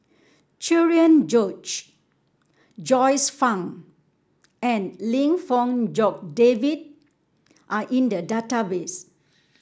Cherian George Joyce Fan and Lim Fong Jock David are in the database